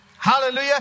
Hallelujah